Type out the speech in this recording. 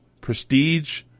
prestige